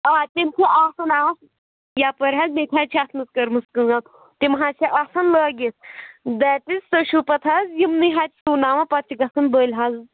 آ تِم چھِ آسان اَتھ یپأرۍ حظ مےٚ تہِ حظ چھِ اَتھ منٛز کٔرمٕژ کأم تِمہٕ حظ چھِ آسان لأگِتھ دَپٮ۪س تُہۍ چھُو پتہٕ حظ یِمنٕے ہَتھِ سُوناوان پتہٕ چھِ گژھان بٔلۍ حظ